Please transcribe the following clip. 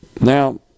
Now